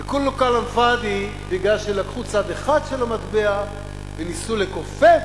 וכולו כלאם פאד'י בגלל שלקחו צד אחד של המטבע וניסו לכופף